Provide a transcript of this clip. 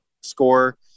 score